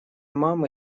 мамы